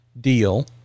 deal